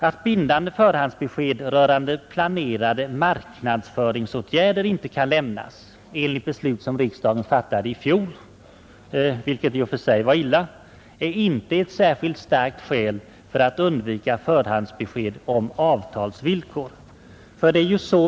Att bindande förhandsbesked rörande planerade marknadsföringsåtgärder inte kan lämnas enligt beslut av riksdagen i fjol — vilket i och för sig är illa — är inte ett särskilt starkt skäl för att undvika förhandsbesked om avtalsvillkor.